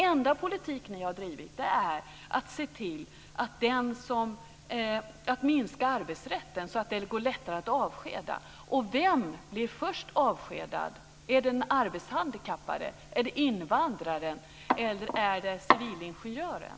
Den enda politik ni har drivit är att se till att minska arbetsrätten så att det går lättare att avskeda. Och vem blir först avskedad? Är det den arbetshandikappade? Är det invandraren? Eller är det civilingenjören?